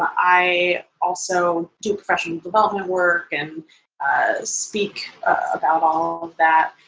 i also do professional development work and ah speak about all of that.